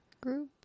group